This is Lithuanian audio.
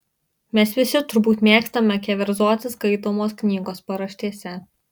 mes visi turbūt mėgstame keverzoti skaitomos knygos paraštėse